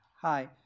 Hi